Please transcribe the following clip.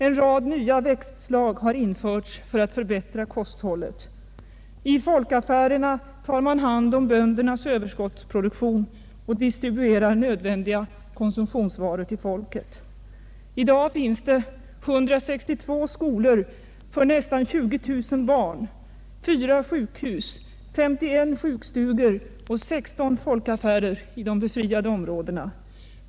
En rad nya växtslag har införts för att förbättra kosthället. I folkaffärerna tar man hand om böndernas överskottsproduktion och distribuerar nödvändiga konsumtionsvaror till folket. I dag finns det 162 skolor för nästan 20 000 barn, 4 sjukhus, 51 sjukstugor och 16 folkaffärer i de befriade områdena.